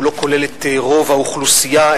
לא כולל את רוב האוכלוסייה,